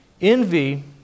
Envy